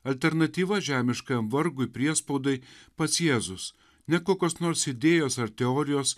alternatyva žemiškam vargui priespaudai pats jėzus ne kokios nors idėjos ar teorijos